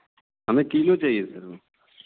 हमें किलो चाहिए सर वह